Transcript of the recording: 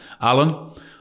Alan